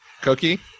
cookie